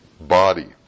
body